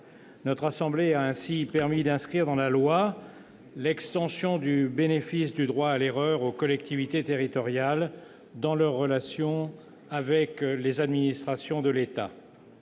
Notre assemblée a ainsi permis d'inscrire dans la loi l'extension du bénéfice du droit à l'erreur aux collectivités territoriales dans leurs relations avec les administrations de l'État.